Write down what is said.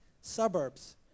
suburbs